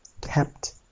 kept